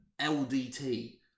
LDT